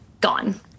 gone